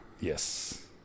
Yes